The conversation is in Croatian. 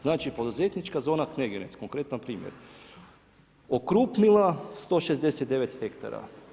Znači, poduzetnička zona Kneginec, konkretan primjer okrupnila 169 hektara.